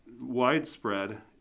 widespread